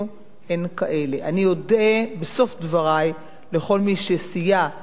אני אודה בסוף דברי לכל מי שסייע לגיבוש הצעת החוק,